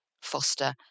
Foster